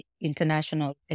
international